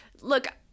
look